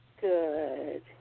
Good